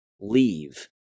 leave